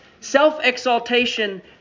self-exaltation